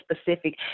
specific